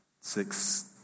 six